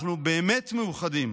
אנחנו באמת מאוחדים,